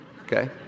okay